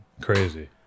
crazy